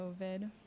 COVID